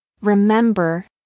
Remember